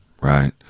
right